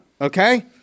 Okay